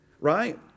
right